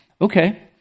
Okay